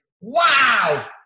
wow